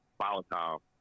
volatile